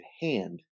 hand